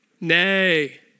Nay